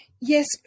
yes